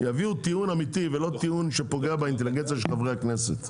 יביאו טיעון אמיתי ולא טיעון שפוגע באינטליגנציה של חברי הכנסת,